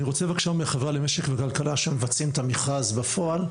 אני מבקש מהחברה למשק וכלכלה שמבצעים את המכרז בפועל,